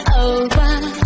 over